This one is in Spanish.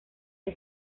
que